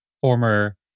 former